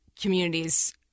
communities